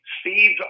Steve